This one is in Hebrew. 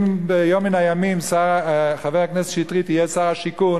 אם ביום מן הימים חבר הכנסת שטרית יהיה שר השיכון,